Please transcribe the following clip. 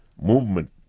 movement